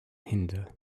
hinder